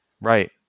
Right